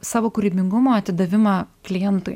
savo kūrybingumo atidavimą klientui